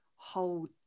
hold